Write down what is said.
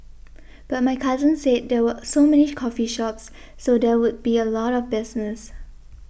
but my cousin said there were so many coffee shops so there would be a lot of business